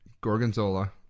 gorgonzola